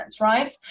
right